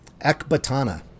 Ekbatana